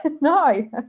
no